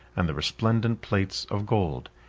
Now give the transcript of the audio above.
and the resplendent plates of gold,